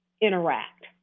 interact